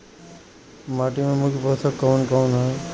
माटी में मुख्य पोषक कवन कवन ह?